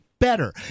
better